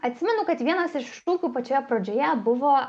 atsimenu kad vienas iš šūkių pačioje pradžioje buvo